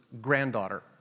granddaughter